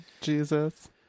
Jesus